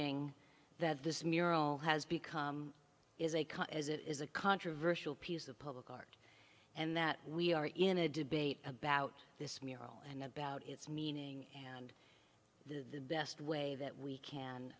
acknowledging that this mural has become is a cut as it is a controversial piece of public art and that we are in a debate about this mural and about its meaning and the best way that we can